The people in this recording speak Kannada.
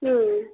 ಹ್ಞೂ